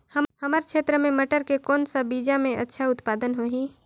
हमर क्षेत्र मे मटर के कौन सा बीजा मे अच्छा उत्पादन होही?